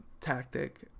tactic